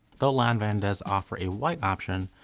though lanvin does offer a white option,